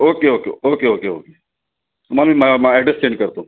okay okay okay okay okay तुम्हाला मी म माझा अॅड्रेस सेंड करतो